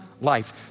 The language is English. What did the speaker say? life